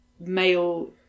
male